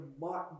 Martin